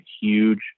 huge